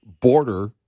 border